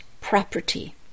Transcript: property